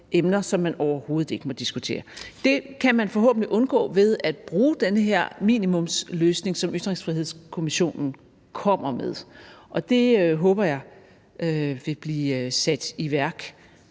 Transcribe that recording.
emner, som man overhovedet ikke må diskutere. Det kan man forhåbentlig undgå ved at bruge den her minimumsløsning, som Ytringsfrihedskommissionen kommer med – og det håber jeg vil blive sat i værk